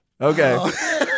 Okay